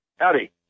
Howdy